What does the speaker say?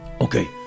Okay